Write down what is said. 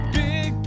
big